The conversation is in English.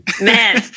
Man